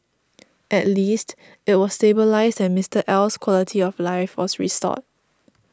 at least it was stabilised and Mister L's quality of life was restored